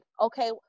okay